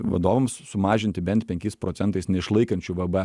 vadoms sumažinti bent penkiais procentais neišlaikančių vbe